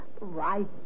Right